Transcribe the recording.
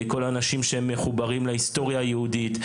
כל האנשים שמחוברים להיסטוריה היהודית,